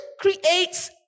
creates